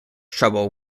trouble